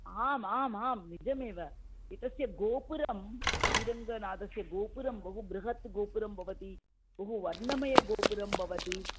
आम् आम् आं निजमेव एतस्य गोपुरं श्रीरङ्गनाथस्य गोपुरं बहुबृहत् गोपुरं भवति बहुवर्णमयगोपुरं भवति